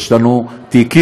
יש לנו תיקים,